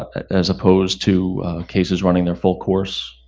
as opposed to cases running their full course,